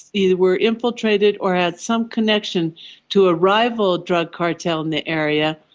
either were infiltrated or had some connection to a rival drug cartel in the area,